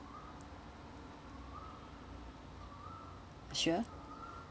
sure